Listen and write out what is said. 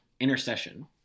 intercession